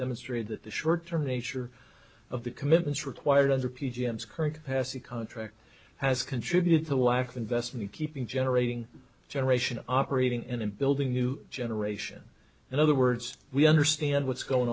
demonstrated that the short term nature of the commitments required under p m s current capacity contract has contributed to a lack of investment in keeping generating generation operating and in building new generation in other words we understand what's going